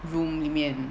room 里面